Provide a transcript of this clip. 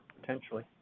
potentially